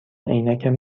عینکم